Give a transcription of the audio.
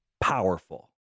Powerful